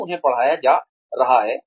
जब उन्हें पढ़ाया जा रहा है